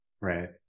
Right